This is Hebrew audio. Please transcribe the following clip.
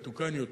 מתוקן יותר,